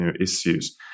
issues